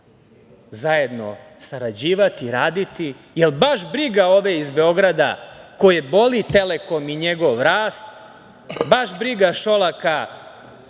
zajedno sarađivati raditi, jer baš briga ove iz Beograda, koje boli „Telekom“ i njegov rast, baš briga Šolaka